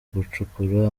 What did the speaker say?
gucukura